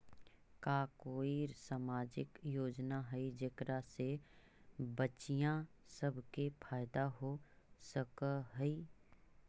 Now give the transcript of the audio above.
का कोई सामाजिक योजना हई जेकरा से बच्चियाँ सब के फायदा हो सक हई?